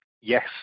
yes